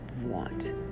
want